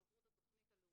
הם עברו את התוכנית הלאומית,